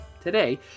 today